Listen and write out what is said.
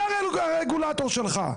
היא הרגולטור שלך.